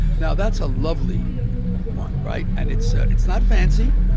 now, that's a lovely one, right? and it's it's not fancy,